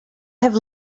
have